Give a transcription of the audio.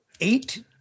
eight